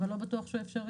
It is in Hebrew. אבל לא בטוח שהוא אפשרי,